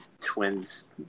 Twins